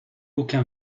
aucun